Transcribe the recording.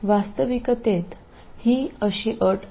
വാസ്തവത്തിൽ നിഷ്ക്രിയത്വത്തിന് ആവശ്യമായ അവസ്ഥ ഇതാണ്